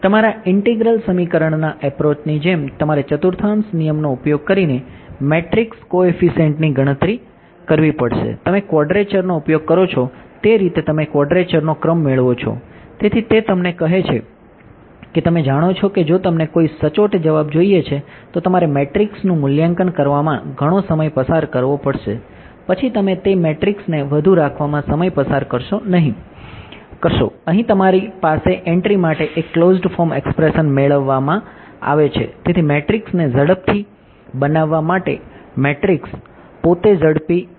તમારા ઇંટીગ્રલ સમીકરણના એપ્રોચની જેમ તમારે ચતુર્થાંશ નિયમનો ઉપયોગ કરીને મેટ્રિક્સ પોતે ઝડપી હોવું જોઈએ